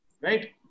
right